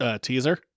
teaser